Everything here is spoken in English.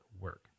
work